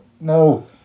No